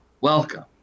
welcome